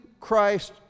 Christ